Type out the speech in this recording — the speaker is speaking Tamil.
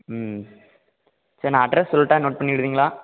ம் சார் நான் அட்ரஸ் சொல்லட்டா நோட் பண்ணிக்கிறீங்களா